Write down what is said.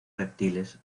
reptiles